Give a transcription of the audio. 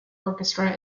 orchestra